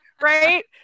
Right